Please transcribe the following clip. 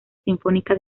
sinfónica